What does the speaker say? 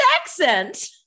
accent